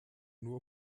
nur